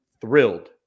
thrilled